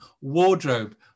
wardrobe